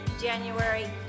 January